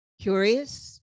Curious